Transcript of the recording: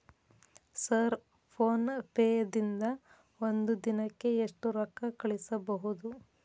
Sir PhonePe ದಿಂದ ಒಂದು ದಿನಕ್ಕೆ ಎಷ್ಟು ರೊಕ್ಕಾ ಕಳಿಸಬಹುದು?